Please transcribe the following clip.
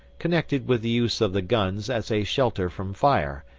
connected with the use of the guns as a shelter from fire,